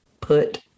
put